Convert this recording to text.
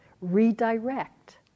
redirect